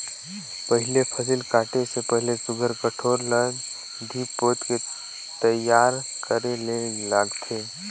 पहिले फसिल काटे के पहिले सुग्घर कोठार ल लीप पोत के तइयार करे ले लागथे